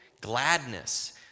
gladness